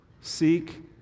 Seek